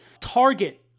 target